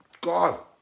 God